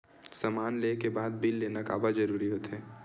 समान ले के बाद बिल लेना काबर जरूरी होथे?